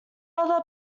other